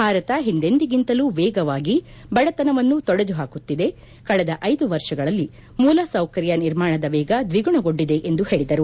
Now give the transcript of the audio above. ಭಾರತವು ಹಿಂದೆಂದಿಗಿಂತಲೂ ವೇಗವಾಗಿ ಬಡತನವನ್ನು ತೊಡೆದುಹಾಕುತ್ತಿದೆ ಕಳೆದ ಐದು ವರ್ಷಗಳಲ್ಲಿ ಮೂಲಸೌಕರ್ಯ ನಿರ್ಮಾಣದ ವೇಗ ದ್ವಿಗುಣಗೊಂಡಿದೆ ಎಂದು ಅವರು ಹೇಳದರು